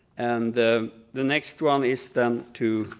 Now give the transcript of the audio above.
and the the next one is then to